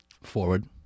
Forward